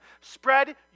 spread